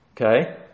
Okay